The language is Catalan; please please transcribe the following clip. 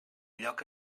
lloc